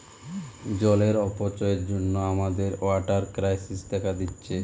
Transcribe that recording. জলের অপচয়ের জন্যে আমাদের ওয়াটার ক্রাইসিস দেখা দিচ্ছে